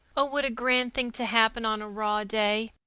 oh, what a grand thing to happen on a raw day!